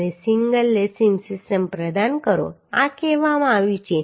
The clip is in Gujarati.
અને સિંગલ લેસિંગ સિસ્ટમ પ્રદાન કરો આ કહેવામાં આવ્યું છે